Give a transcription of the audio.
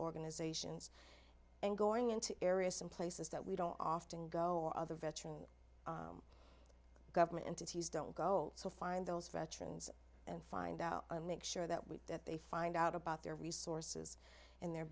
organizations and going into areas some places that we don't often go or other veteran government entities don't go so find those veterans and find out and make sure that we that they find out about their resources and their